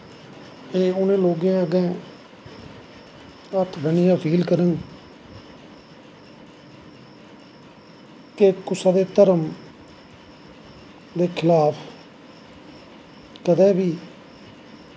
एह् उनैं लोकें अग्गैं हत्थ बन्नियैं अपील करंग के कुसे दे धर्म दे खिलाफ कदैं बी